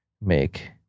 make